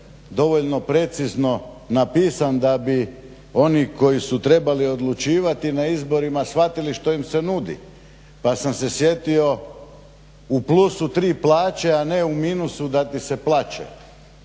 dovoljno precizno napisan da bi oni koji su trebali odlučivati na izborima shvatili što im se nudi, pa sam se sjetio u plusu tri plaće a ne u minusu da ti se plaće,